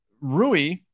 Rui